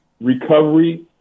recovery